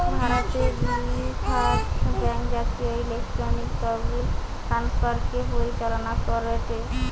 ভারতের reserve bank জাতীয় electronic তহবিল ট্রান্সফার কে পরিচালনা করেটে